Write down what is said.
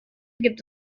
gibt